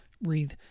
Breathe